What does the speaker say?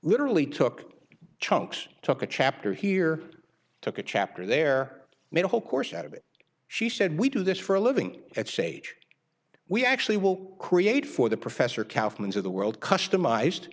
literally took chunks took a chapter here took a chapter there made a whole course out of it she said we do this for a living at sage we actually will create for the professor councilman's of the world customized